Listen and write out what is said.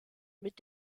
mit